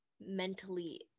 Mentally